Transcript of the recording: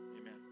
Amen